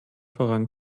voran